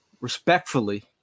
respectfully